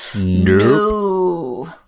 No